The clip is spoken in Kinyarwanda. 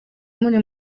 muri